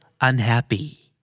unhappy